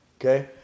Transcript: okay